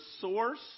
source